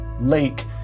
lake